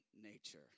nature